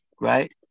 right